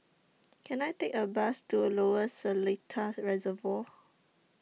Can I Take A Bus to Lower Seletar Reservoir